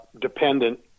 dependent